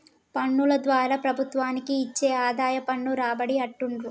పన్నుల ద్వారా ప్రభుత్వానికి వచ్చే ఆదాయం పన్ను రాబడి అంటుండ్రు